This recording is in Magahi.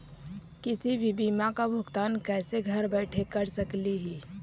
किसी भी बीमा का भुगतान कैसे घर बैठे कैसे कर स्कली ही?